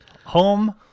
home